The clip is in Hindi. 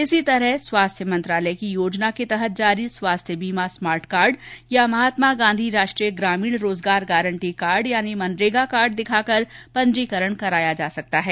इसी तरह स्वास्थ्य मंत्रालय की योजना के तहत जारी स्वास्थ्य बीमा स्मार्ट कार्ड या महात्मा गांधी राष्ट्रीय ग्रामीण रोजगार गारंटी कार्ड यानि मनरेगा कार्ड दिखाकर पंजीकरण कराया जा सकता है